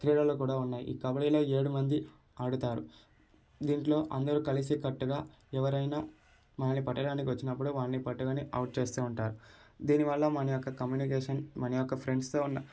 క్రీడలు కూడా ఉన్నాయి ఈ కబడ్డీలో ఏడు మంది ఆడుతారు దీంట్లో అందరూ కలిసికట్టుగా ఎవరైనా మనల్ని పట్టడానికి వచ్చినప్పుడు వాళ్ళని పట్టుకుని ఔట్ చేస్తూ ఉంటారు దీని వల్ల మన యొక్క కమ్యూనికేషన్ మన యొక్క ఫ్రెండ్స్తో ఉన్న